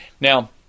Now